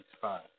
five